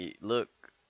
look